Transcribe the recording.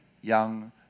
young